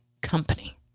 company